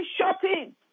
shopping